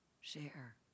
share